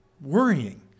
worrying